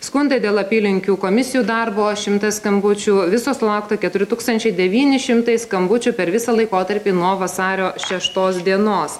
skundai dėl apylinkių komisijų darbo šimtas skambučių visos sulaukta keturi tūkstančiai devyni šimtai skambučių per visą laikotarpį nuo vasario šeštos dienos